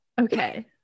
okay